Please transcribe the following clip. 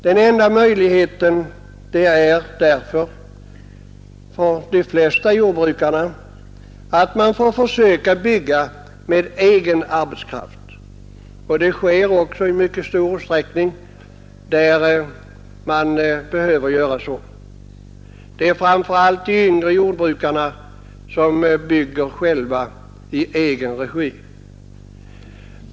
Den enda möjligheten är därför för de flesta jordbrukare att försöka bygga i egen regi, och så sker också i mycket stor utsträckning. Det är framför allt de yngre jordbrukarna som bygger själva.